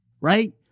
Right